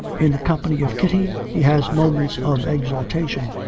in the company of kitty he has moments of exaltation,